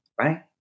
Right